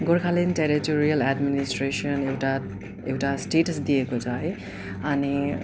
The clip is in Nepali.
गोर्खाल्यान्ड टेरिटोरियल एड्मिनिस्ट्रेसन एउटा एउटा स्टेटस दिएको छ है अनि